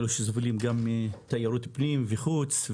אלו שסובלים מבחינת תיירות פנים וחוץ.